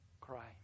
cry